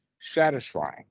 satisfying